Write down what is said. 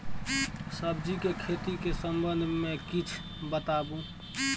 सब्जी के खेती के संबंध मे किछ बताबू?